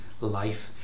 life